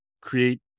create